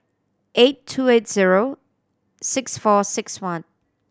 eight two eight zero six four six one